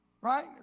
Right